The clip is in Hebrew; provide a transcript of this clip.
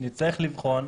נצטרך לבחון.